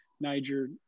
Niger